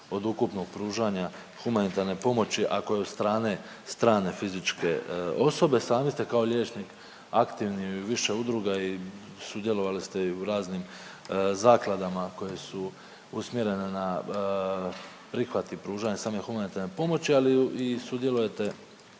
od ukupnog pružanja humanitarne pomoći, ako je od strane strane fizičke osobe. I sami ste kao liječnik aktivni u više udruga i sudjelovali ste i u raznim zakladama koje su usmjerene na prihvat i pružanje same humanitarne pomoći, ali i sudjelujete